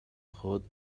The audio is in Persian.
خود